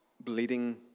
bleeding